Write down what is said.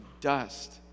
dust